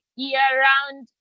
year-round